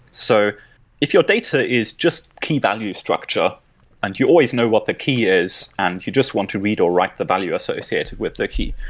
so if your data is just key value structure and you always know what the key is and you just want to read or write the value associated with the key,